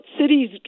cities